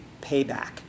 payback